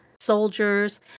soldiers